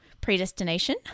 Predestination